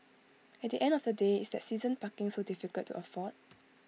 at the end of the day is that season parking so difficult to afford